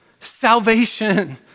salvation